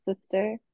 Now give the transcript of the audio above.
sister